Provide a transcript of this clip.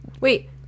wait